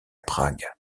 prague